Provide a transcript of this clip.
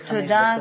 תודה.